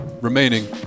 remaining –